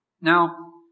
Now